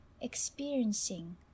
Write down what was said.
Experiencing